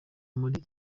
muri